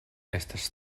estas